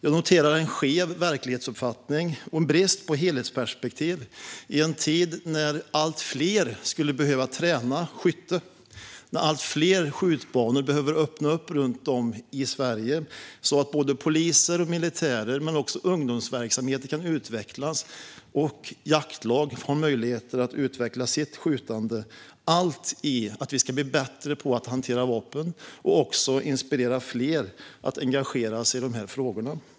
Jag noterar en skev verklighetsuppfattning och en brist på helhetsperspektiv i en tid när allt fler skulle behöva träna skytte och när allt fler skjutbanor behöver öppna runt om i Sverige så att både poliser och militärer men också ungdomsverksamheter kan utvecklas och så att jaktlag får möjligheter att utveckla sitt skjutande, allt för att vi ska bli bättre på att hantera vapen och inspirera fler att engagera sig i dessa frågor.